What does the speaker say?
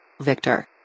Victor